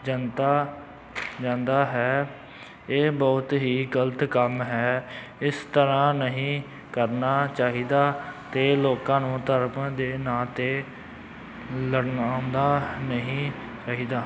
ਜਾਂਦਾ ਜਾਂਦਾ ਹੈ ਇਹ ਬਹੁਤ ਹੀ ਗਲਤ ਕੰਮ ਹੈ ਇਸ ਤਰ੍ਹਾਂ ਨਹੀਂ ਕਰਨਾ ਚਾਹੀਦਾ ਅਤੇ ਲੋਕਾਂ ਨੂੰ ਧਰਮ ਦੇ ਨਾਂ 'ਤੇ ਲੜਾਉਣਾ ਨਹੀਂ ਚਾਹੀਦਾ